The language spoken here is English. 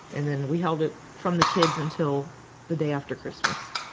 and then we held it from the kids until the day after christmas.